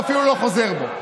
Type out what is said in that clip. הוא אפילו לא חוזר בו.